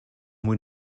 muy